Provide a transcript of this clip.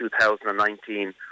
2019